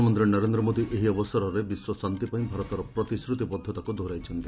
ପ୍ରଧାନମନ୍ତ୍ରୀ ନରେନ୍ଦ୍ର ମୋଦି ଏହି ଅବସରରେ ବିଶ୍ୱଶାନ୍ତି ପାଇଁ ଭାରତର ପ୍ରତିଶ୍ରତିବଦ୍ଧତାକୁ ଦୋହରାଇଛନ୍ତି